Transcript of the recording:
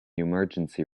emergency